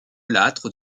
lattre